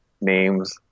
names